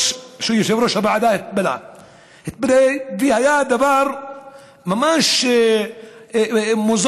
אדוני שהוא יושב-ראש הוועדה, היה דבר ממש מוזר: